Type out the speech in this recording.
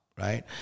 right